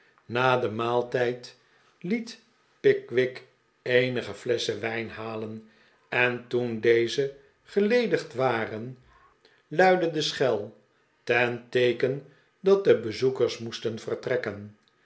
na den maaltijd het pickwick eenige flesschen wijn halen en toen deze geledigd waren luidde de schel ten teeken dat de bezoekers moesten vertrekken